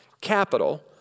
capital